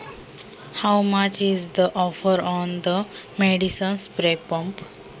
औषध फवारणी पंपावर किती ऑफर आहे?